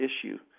issue